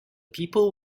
people